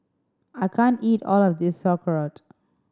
I can't eat all of this Sauerkraut